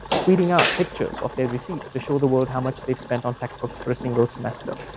tweeting up pictures of their receipts to show the world how much they've spent on textbooks for a single semester.